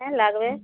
হ্যাঁ লাগবে